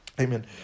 Amen